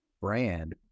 brand